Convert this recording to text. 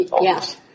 Yes